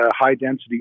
high-density